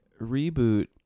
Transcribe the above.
reboot